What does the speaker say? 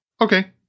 Okay